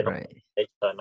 Right